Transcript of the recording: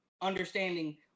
understanding